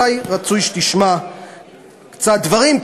אולי רצוי שתשמע קצת דברים,